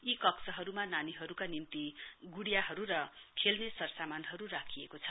यी कक्षहरूमा नानीहरूका निम्ति गुडियाहरू र खेल्ने सरसामानहरू राखिएको छ